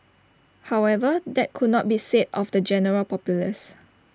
however that could not be said of the general populace